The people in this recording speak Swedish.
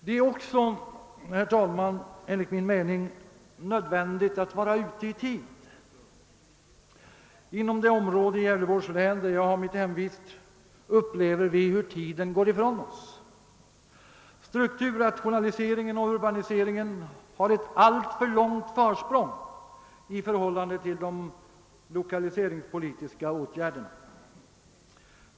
Det är också, herr talman, enligt min mening nödvändigt att vara ute i tid. Inom det område i Gävleborgs län där jag har mitt hemvist upplever vi hur tiden går ifrån oss. Strukturrationaliseringen och urbaniseringen har ett alltför långt försprång i förhållande till de lokaliseringspolitiska åtgärderna.